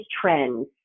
trends